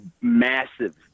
massive